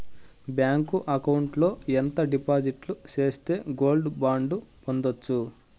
Bank account లో ఎంత డిపాజిట్లు సేస్తే గోల్డ్ బాండు పొందొచ్చు?